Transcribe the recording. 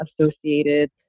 associated